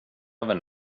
över